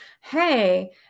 Hey